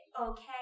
okay